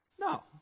No